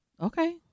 Okay